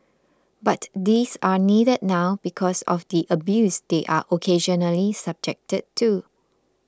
but these are needed now because of the abuse they are occasionally subjected to